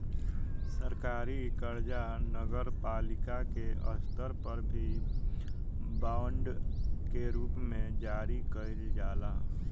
सरकारी कर्जा नगरपालिका के स्तर पर भी बांड के रूप में जारी कईल जाला